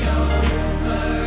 over